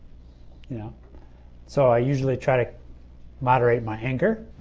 yeah so, i usually try to moderate my anger